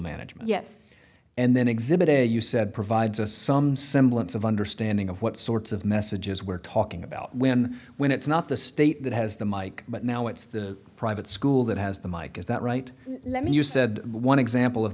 management yes and then exhibit a you said provides a some semblance of understanding of what sorts of messages we're talking about when when it's not the state that has the mike but now it's the private school that has the mike is that right let me you said one example of